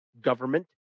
government